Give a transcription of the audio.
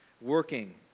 working